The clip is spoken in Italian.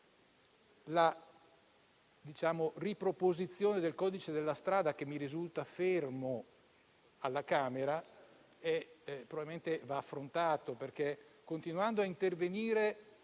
la riproposizione del codice della strada, che mi risulta essere fermo alla Camera, va affrontato perché, continuando a intervenire